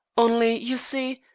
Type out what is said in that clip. only, you see,